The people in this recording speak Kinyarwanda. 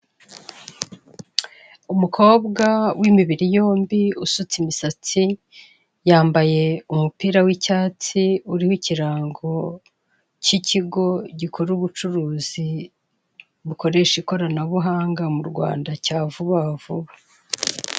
Umukobwa w'imibiri yombi usutse imisatsi, yambaye umupira w'icyatsi uriho ikirango cy'ikigo gikora ubucuruzi bukoresha ikoranabuhanga mu Rwanda cya vuba vuba.